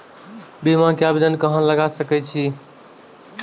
बीमा के आवेदन कहाँ लगा सके छी?